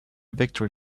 victory